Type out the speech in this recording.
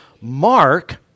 Mark